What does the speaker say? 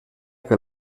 que